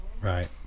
Right